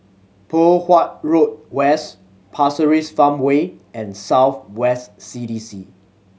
Poh Huat Road West Pasir Ris Farmway and South West C D C